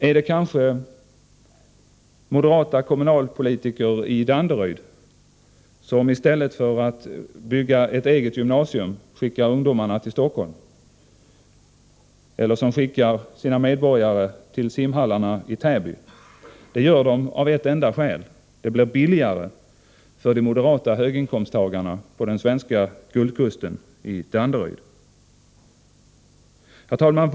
Är det kanske moderata kommunalpolitiker i Danderyd, som i stället för att bygga ett eget gymnasium skickar sina ungdomar till Stockholm, eller som skickar sina medborgare till simhallarna i Täby? Det gör de av ett enda skäl: det blir billigare för de moderata höginkomsttagarna på den svenska guldkusten i Danderyd. Herr talman!